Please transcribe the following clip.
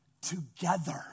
together